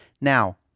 Now